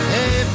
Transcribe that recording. Hey